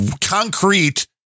concrete